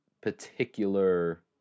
particular